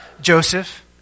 Joseph